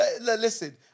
listen